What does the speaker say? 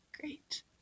Great